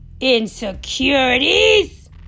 insecurities